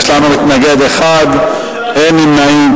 יש לנו מתנגד אחד, אין נמנעים.